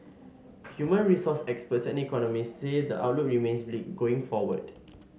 human resource experts and economists say the outlook remains bleak going forward